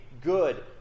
good